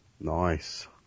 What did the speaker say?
Nice